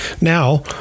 Now